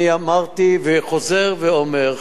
אני אמרתי וחוזר ואומר,